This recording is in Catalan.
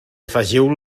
afegiu